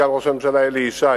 סגן ראש הממשלה אלי ישי,